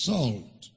Salt